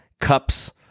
cups